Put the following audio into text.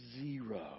zero